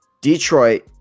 Detroit